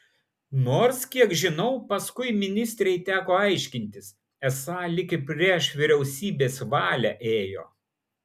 nors kiek žinau paskui ministrei teko aiškintis esą lyg ir prieš vyriausybės valią ėjo